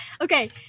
Okay